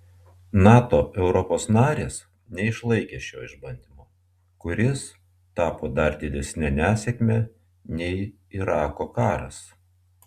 nato europos narės neišlaikė šio išbandymo kuris tapo dar didesne nesėkme nei irako karas